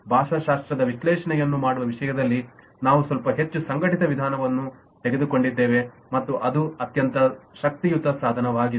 ಭಾಷಾಶಾಸ್ತ್ರದ ವಿಶ್ಲೇಷಣೆಯನ್ನು ಮಾಡುವ ವಿಷಯದಲ್ಲಿ ನಾವು ಸ್ವಲ್ಪ ಹೆಚ್ಚು ಸಂಘಟಿತ ವಿಧಾನವನ್ನು ತೆಗೆದುಕೊಂಡಿದ್ದೇವೆ ಮತ್ತು ಅದು ಅತ್ಯಂತ ಶಕ್ತಿಯುತ ಸಾಧನವಾಗಿದೆ